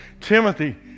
Timothy